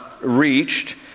reached